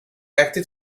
active